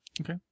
Okay